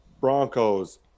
broncos